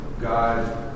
God